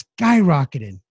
skyrocketed